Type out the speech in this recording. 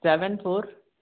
seven four